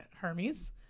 Hermes